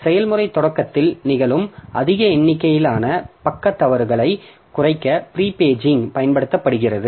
செயல்முறை தொடக்கத்தில் நிகழும் அதிக எண்ணிக்கையிலான பக்க தவறுகளை குறைக்க பிரீ பேஜிங் பயன்படுத்தப்படுகிறது